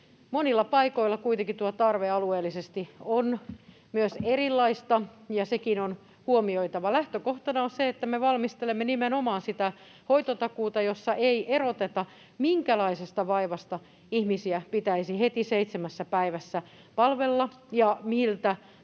Monilla paikoilla kuitenkin tuo tarve alueellisesti on myös erilaista, ja sekin on huomioitava. Lähtökohtana on se, että me valmistelemme nimenomaan sitä hoitotakuuta, jossa ei eroteta, minkälaisesta vaivasta ihmisiä pitäisi heti seitsemässä päivässä palvella ja miltä